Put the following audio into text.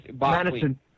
Madison